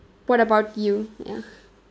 what about you ya